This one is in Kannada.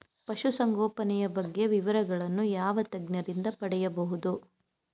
ಪಶುಸಂಗೋಪನೆಯ ಬಗ್ಗೆ ವಿವರಗಳನ್ನು ಯಾವ ತಜ್ಞರಿಂದ ಪಡೆಯಬಹುದು?